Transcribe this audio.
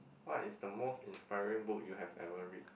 what is the most inspiring book you have ever read